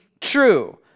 True